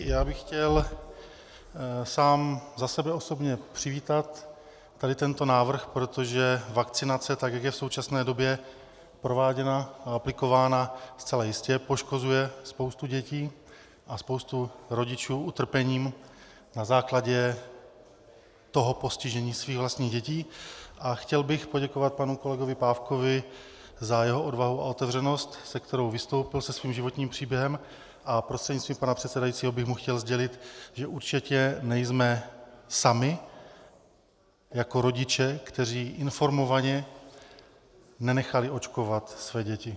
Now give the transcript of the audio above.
Já bych chtěl sám za sebe osobně přivítat tento návrh, protože vakcinace, tak jak je v současné době prováděna a aplikována, zcela jistě poškozuje spoustu dětí a spoustu rodičů utrpením na základě toho postižení svých vlastních dětí, a chtěl bych poděkovat panu kolegovi Pávkovi za jeho odvahu a otevřenost, se kterou vystoupil se svým životním příběhem, a prostřednictvím pana předsedajícího bych mu chtěl sdělit, že určitě nejsme sami jako rodiče, kteří informovaně nenechali očkovat své děti.